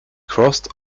crossed